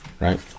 right